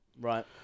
Right